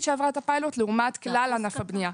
שעברה את הפיילוט לעומת כלל ענף הבנייה,